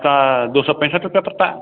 इसका दो सौ पैंसठ रुपये पड़ता